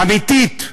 אמיתית,